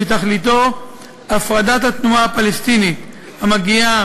שתכליתו הפרדת התנועה הפלסטינית המגיעה